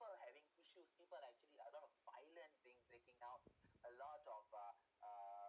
having issues people actually a lots of violence being breaking out a lots of uh uh